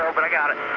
but i got it.